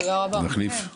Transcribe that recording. תודה רבה לכם,